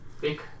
big